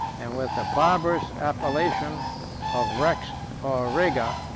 and with the barbarous appellation of rex or rega,